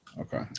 Okay